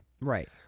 Right